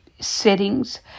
settings